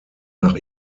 nach